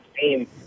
team